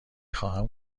خواهم